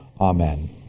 Amen